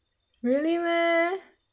really meh